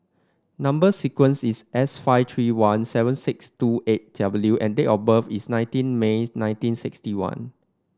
number sequence is S five three one seven six two eight W and date of birth is nineteen May nineteen sixty one